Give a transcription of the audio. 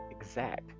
exact